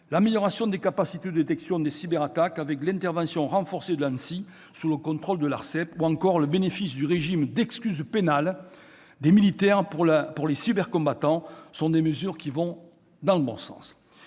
L'amélioration des capacités de détection des cyberattaques, avec l'intervention renforcée de l'ANSSI sous le contrôle de l'ARCEP, ou encore le bénéfice du régime d'« excuse pénale » des militaires pour les cybercombattants sont des mesures qui vont dans le bon sens.